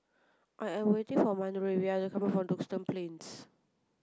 I am waiting for Manervia to come from Duxton Plains